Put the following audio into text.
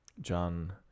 John